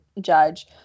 judge